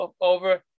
over